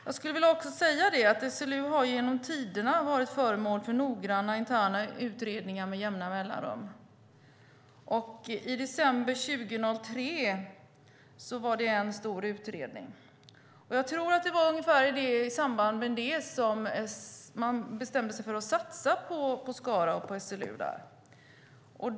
Jag skulle också vilja säga att SLU genom tiderna har varit föremål för noggranna interna utredningar med jämna mellanrum. I december 2003 var det en stor utredning. Jag tror att det var i samband med den man bestämde sig för att satsa på Skara och på SLU där.